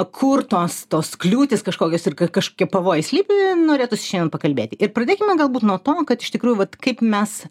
kur tos tos kliūtys kažkokios ir ka kažkokie pavojai slypi norėtųsi šiandien pakalbėti ir pradėkime galbūt nuo to kad iš tikrųjų vat kaip mes